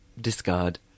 Discard